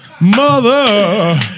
Mother